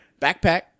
backpack